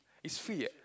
it's free ah